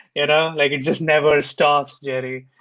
it um like it just never stops, jerry.